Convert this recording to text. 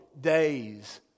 days